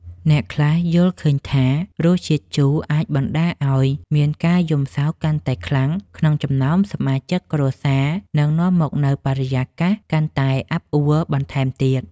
អ្នកខ្លះយល់ឃើញថារសជាតិជូរអាចបណ្តាលឱ្យមានការយំសោកកាន់តែខ្លាំងក្នុងចំណោមសមាជិកគ្រួសារ និង នាំមកនូវបរិយាកាសកាន់តែអាប់អួរបន្ថែមទៀត។